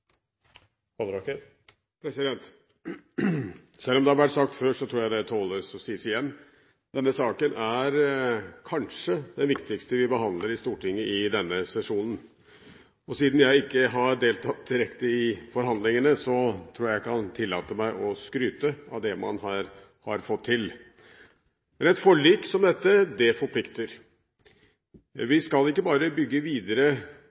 år. Selv om det har vært sagt før, tror jeg man tåler at det sies igjen: Denne saken er kanskje den viktigste vi behandler i Stortinget i denne sesjonen. Siden jeg ikke har deltatt direkte i forhandlingene, tror jeg at jeg kan tillate meg å skryte av det man her har fått til. Et forlik som dette forplikter. Vi skal ikke bare bygge videre